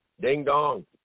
ding-dong